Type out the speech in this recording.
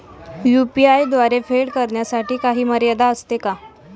UPI द्वारे फेड करण्यासाठी काही मर्यादा असते का?